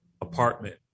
apartment